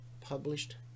published